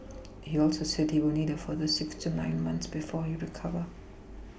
he also said he will need a further six to nine months before he recover